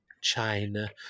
china